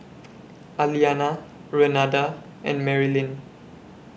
Aliana Renada and Marylin